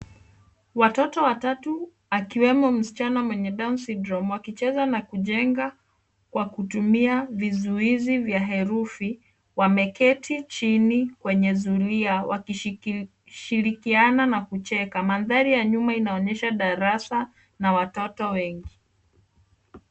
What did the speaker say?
Watoto watatu akiwemo msichana mwenye Down Syndrome akicheza na kujenga kwa kitumia vizuizi vya herufi wameketi chini kwenye zulia wakishirikiana na kucheka. Mandhari ya nyuma inaonyesha darasa na watoto wengi.